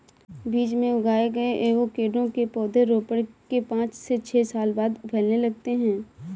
बीज से उगाए गए एवोकैडो के पौधे रोपण के पांच से छह साल बाद फलने लगते हैं